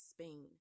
Spain